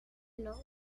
know